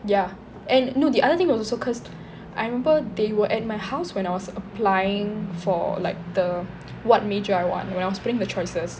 ya and no the other thing was also cause I remember they were at my house when I was applying for like the what major I want when I was putting in the choices